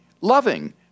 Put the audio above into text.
loving